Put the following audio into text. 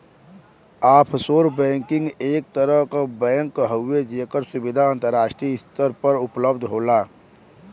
offshore banking एक तरह क बैंक हउवे जेकर सुविधा अंतराष्ट्रीय स्तर पर उपलब्ध होला